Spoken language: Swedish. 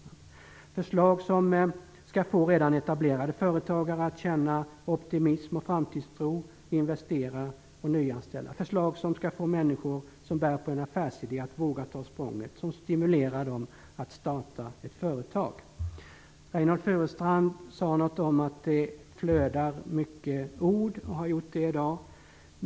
Det är förslag som skall få redan etablerade företagare att känna optimism och framtidstro, investera och nyanställa, förslag som skall få människor som bär på en affärsidé att våga ta språnget, som stimulerar dem att starta ett företag. Reynoldh Furustrand sade något om att det har flödat ord i dag.